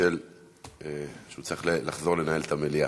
בשל כך שהוא צריך לחזור לנהל את המליאה.